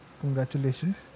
congratulations